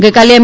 ગઇકાલે એમ